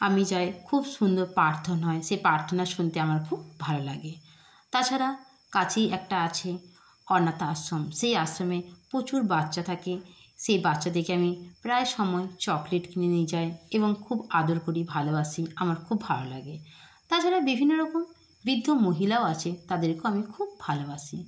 আমি যাই খুব সুন্দর প্রার্থনা হয় সে প্রার্থনা শুনতে আমার খুব ভালো লাগে তাছাড়া কাছেই একটা আছে অনাথ আশ্রম সে আশ্রমে প্রচুর বাচ্চা থাকে সেই বাচ্চাদেরকে আমি প্রায় সময় চকোলেট কিনে নিয়ে যাই এবং খুব আদর করি ভালোবাসি আমার খুব ভালো লাগে তাছাড়া বিভিন্ন রকম বৃদ্ধ মহিলাও আছে তাদেরকেও আমি খুব ভালোবাসি